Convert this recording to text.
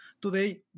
Today